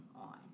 on